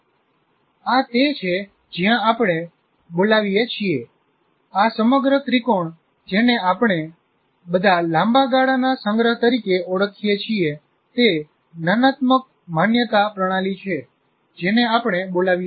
આ તે છે જ્યાં આપણે બોલાવીએ છીએ આ સમગ્ર ત્રિકોણ જેને આપણે બધા લાંબા ગાળાના સંગ્રહ તરીકે ઓળખીએ છીએ તે જ્ઞાનાત્મક માન્યતા પ્રણાલી છે જેને આપણે બોલાવીએ છીએ